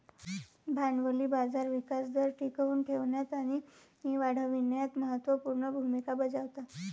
भांडवली बाजार विकास दर टिकवून ठेवण्यात आणि वाढविण्यात महत्त्व पूर्ण भूमिका बजावतात